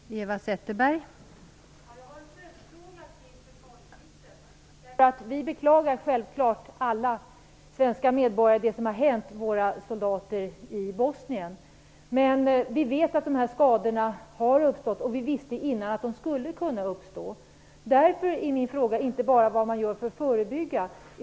Fru talman! Jag har en följdfråga till försvarsministern. Vi, liksom alla svenska medborgare, beklagar självklart det som har hänt våra soldater i Bosnien. Men vi vet att de här skadorna har uppstått, och vi visste innan att de skulle kunna uppstå. Därför gäller min fråga inte bara vad man gör för att förebygga.